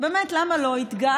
המצב